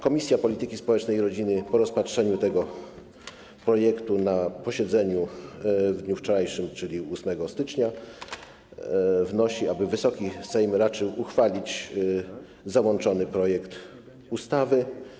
Komisja Polityki Społecznej i Rodziny po rozpatrzeniu tego projektu na posiedzeniu w dniu wczorajszym, czyli 8 stycznia, wnosi, aby Wysoki Sejm raczył uchwalić załączony projekt ustawy.